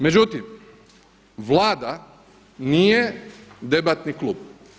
Međutim, Vlada nije debatni klub.